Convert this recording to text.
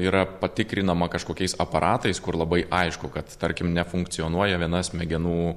yra patikrinama kažkokiais aparatais kur labai aišku kad tarkim nefunkcionuoja viena smegenų